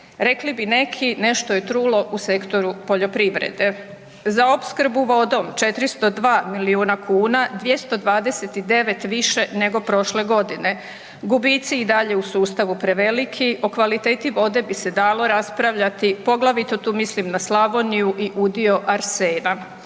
Rekli bi neki nešto je trulo u sektoru poljoprivrede. Za opskrbu vodom 402 miliona kuna, 229 više nego prošle godine. Gubici i dalje u sustavu preveliki, o kvaliteti vode bi se dalo raspravljati, poglavito tu mislim na Slavoniju i udio arsena.